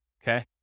Okay